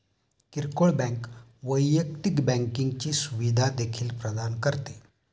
किरकोळ बँक वैयक्तिक बँकिंगची सुविधा देखील प्रदान करते